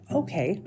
okay